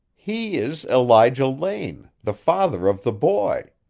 he is elijah lane, the father of the boy.